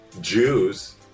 jews